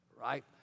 Right